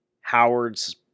Howard's